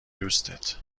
دوستت